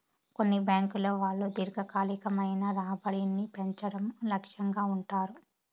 కొన్ని బ్యాంకుల వాళ్ళు దీర్ఘకాలికమైన రాబడిని పెంచడం లక్ష్యంగా ఉంటారు